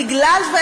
בגלל,